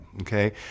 okay